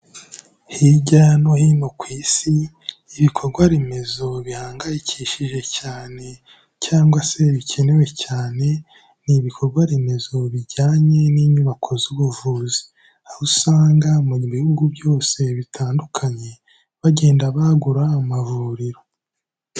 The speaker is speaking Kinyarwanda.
Hirya no hino ku Isi, ibikorwaremezo bihangayikishije cyane, cyangwa se bikenewe cyane n'ibikorwa remezo bijyanye n'inyubako z'ubuvuzi, aho usanga mu bihugu byose bitandukanye bagenda bagura amavuriro.